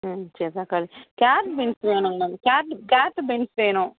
ம் சரி தக்காளி கேரட் பீன்ஸ் வேணுங்க கேரட்டு கேரட் பீன்ஸ் வேணும்